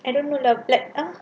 I don't know lah black